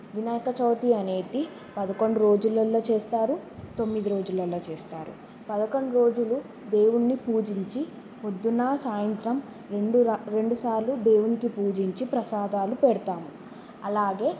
వినాయక చవితి అనేది పదకొండు రోజులల్లో చేస్తారు తొమ్మిది రోజులల్లో చేస్తారు పదకొండు రోజులు దేవున్ని పూజించి పొద్దున్న సాయంత్రం రెండు రా రెండు సార్లు దేవునికి పూజించి ప్రసాదాలు పెడతాము అలాగే